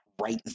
right